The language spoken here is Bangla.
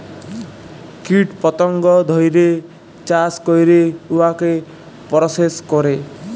কীট পতঙ্গ ধ্যইরে চাষ ক্যইরে উয়াকে পরসেস ক্যরে